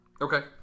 Okay